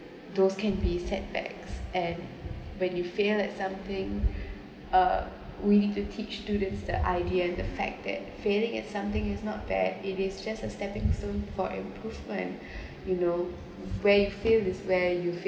those can be setbacks and when you fail at something uh we need to teach students the idea and the fact that failing at something is not bad it is just a stepping stone for improvement you know where you feel this way you feel